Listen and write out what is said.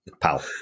Pal